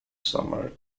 summer